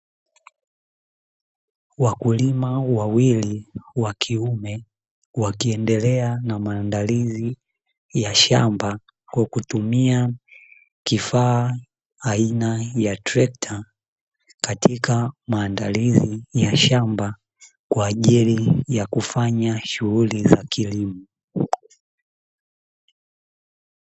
Wakulima wawili wa kiume wakiendelea na maandalizi ya shamba kwa kutumia kifaa aina ya trekta katika maandalizi ya shamba, kwajili ya kufanya shughuli za kilimo.